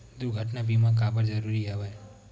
दुर्घटना बीमा काबर जरूरी हवय?